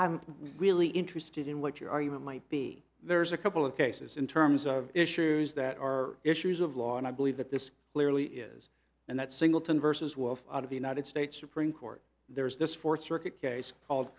i'm really interested in what your argument might be there's a couple of cases in terms of issues that are issues of law and i believe that this clearly is and that singleton versus one of out of the united states supreme court there's this fourth circuit case called